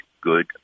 good